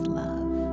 love